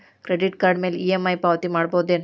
Credit card ಮ್ಯಾಲೆ EMI ಪಾವತಿ ಮಾಡ್ಬಹುದೇನು?